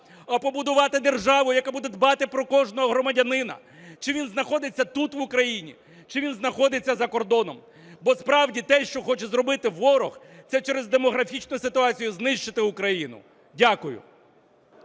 а побудувати державу, яка буде дбати про кожного громадянина, чи він знаходиться тут в Україні, чи він знаходиться за кордоном. Бо справді те, що хоче зробити ворог, це через демографічну ситуацію знищити Україну. Дякую.